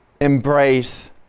embrace